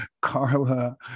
Carla